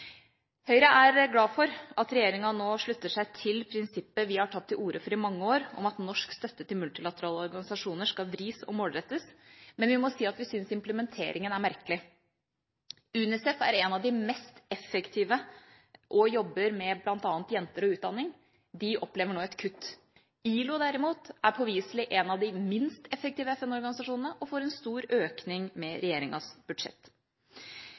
Høyre er glad for at regjeringa nå slutter seg til prinsippet vi har tatt til orde for i mange år, at norsk støtte til multilaterale organisasjoner skal vris og målrettes, men vi må si at vi syns implementeringa er merkelig. UNICEF er en av de mest effektive organisasjonene og jobber med bl.a. jenter og utdanning. De opplever nå et kutt. ILO, derimot, er påviselig en av de minst effektive FN-organisasjonene, og får en stor økning med regjeringas budsjett.